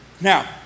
Now